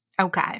Okay